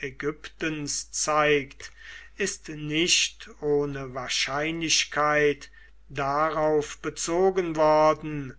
ägyptens zeigt ist nicht ohne wahrscheinlichkeit darauf bezogen worden